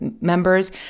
members